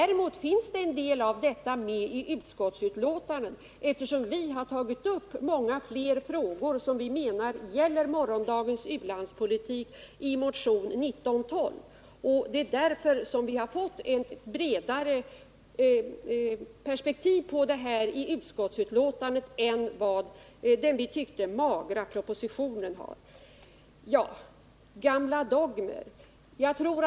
Däremot finns det en del av framsynt politik med i utskottsbetänkandet, eftersom vi har tagit upp många fler frågor som vi menar gäller morgondagens u-landspolitik i motionen 1912. Det är därför som vi har fått ett bredare perspektiv i utskottsbetänkandet än man har i den, som vi tycker, magra propositionen. Gamla dogmer nämndes.